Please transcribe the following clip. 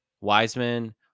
Wiseman